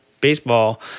baseball